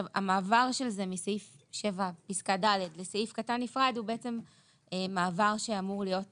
המעבר של זה מסעיף 7 פסקה (ד) לסעיף קטן נפרד הוא מעבר שאמור להיות